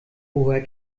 woher